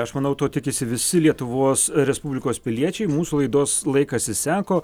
aš manau to tikisi visi lietuvos respublikos piliečiai mūsų laidos laikas išseko